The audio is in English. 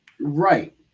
Right